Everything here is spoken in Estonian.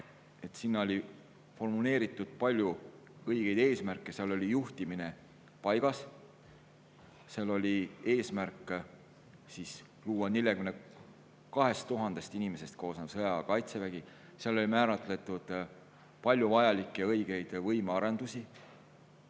hea. Seal oli formuleeritud palju õigeid eesmärke, seal oli juhtimine paigas. Eesmärk oli luua 42 000 inimesest koosnev sõjaaja kaitsevägi, seal oli määratletud palju vajalikke ja õigeid võimearendusi.